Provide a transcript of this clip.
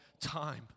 time